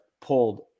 pulled